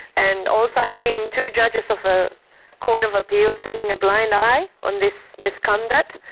and also having two judges of a court of appeal turning a blind eye on this misconduct.